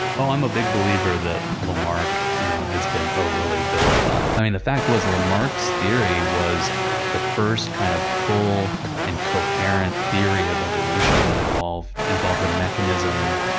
ah i'm a big believer that lamarck, you know, has been overly vilified. i mean, the fact was, lamarck's theory was the first, kind of, full and coherent theory of evolution that involved involved a mechanism